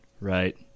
right